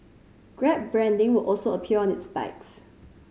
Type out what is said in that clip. grab branding will also appear on its bikes